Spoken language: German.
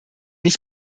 ich